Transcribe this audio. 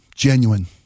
Genuine